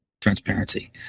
transparency